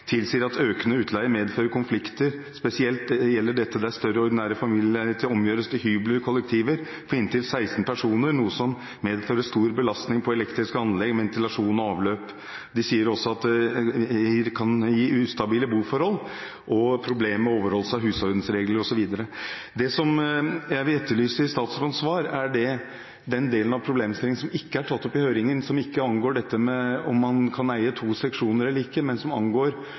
tilsier at økende utleie medfører konflikter. Spesielt gjelder dette der større ordinære familieleiligheter omgjøres til hybler/kollektiver for inntil 16 personer noe som medfører stor belastning på elektriske anlegg, ventilasjon og avløp.» De sier også at det kan gi ustabile boforhold og føre til problemer med overholdelse av husordensregler, osv. Det som jeg vil etterlyse i statsrådens svar, gjelder den delen av problemstillingen som ikke er tatt opp i høringen, og som ikke angår om man kan eie to seksjoner eller ikke, men som angår